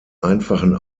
einfachen